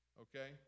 Okay